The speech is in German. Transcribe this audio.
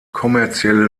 kommerzielle